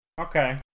Okay